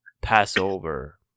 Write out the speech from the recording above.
passover